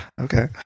okay